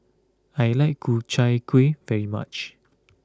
I like Ku Chai Kuih very much